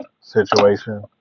situation